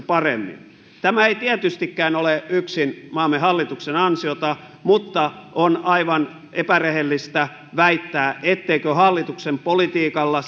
paremmin tämä ei tietystikään ole yksin maamme hallituksen ansiota mutta on aivan epärehellistä väittää etteikö hallituksen politiikalla